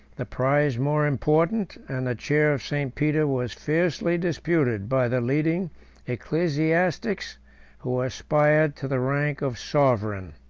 the prize more important, and the chair of st. peter was fiercely disputed by the leading ecclesiastics who aspired to the rank of sovereign.